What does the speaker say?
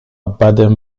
baden